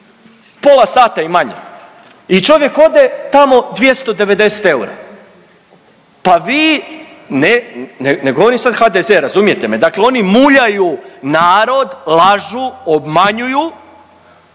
pola sata i manje i čovjek ode tamo 290 eura, pa vi ne, ne govorim sad HDZ razumijete me, dakle oni muljaju narod, lažu, obmanjuju.